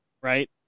right